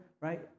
right